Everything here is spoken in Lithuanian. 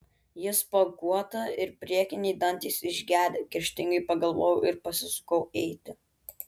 ji spuoguota ir priekiniai dantys išgedę kerštingai pagalvojau ir pasisukau eiti